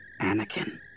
Anakin